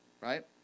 right